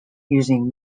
using